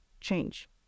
change